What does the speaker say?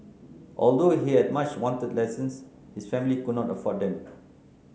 although he much wanted lessons his family could not afford them